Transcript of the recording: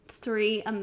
three